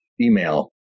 email